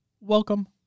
Welcome